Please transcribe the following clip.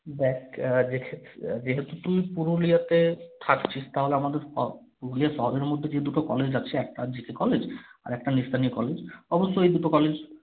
দেখ যে যেহেতু তুই পুরুলিয়াতে থাকছিস তাহলে আমাদের পুরুলিয়া শহরের মধ্যে যে দুটো কলেজ আছে একটা জে কে কলেজ আর একটা নিস্তারনি কলেজ অবশ্য এই দুটো কলেজ